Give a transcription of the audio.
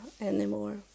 anymore